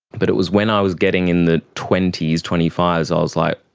but it was when i was getting in the twenty s, twenty five s, ah i was like,